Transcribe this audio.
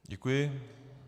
Děkuji.